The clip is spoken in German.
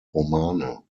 romane